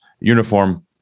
uniform